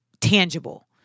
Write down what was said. tangible